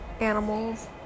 animals